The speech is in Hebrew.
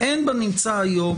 אם המוסד לא נמצא בפיקוח